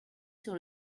sur